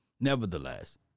Nevertheless